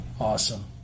Awesome